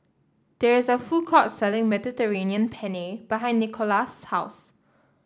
there is a food court selling Mediterranean Penne behind Nikolas' house